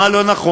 מה לא נכון.